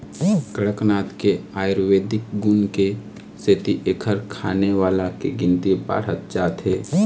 कड़कनाथ के आयुरबेदिक गुन के सेती एखर खाने वाला के गिनती बाढ़त जात हे